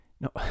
No